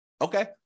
Okay